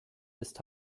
ist